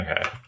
Okay